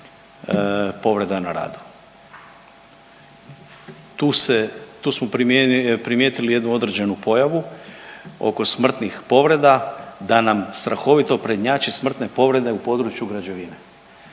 povreda na radu. Tu smo primijetili jednu određenu pojavu oko smrtnih povreda da nam strahovito prednjači smrtne povrede u području građevine.